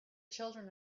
children